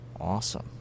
Awesome